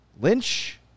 Lynch